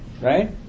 Right